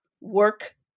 work